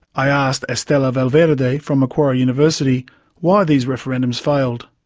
i asked estela valverde from macquarie university why these referendums failed.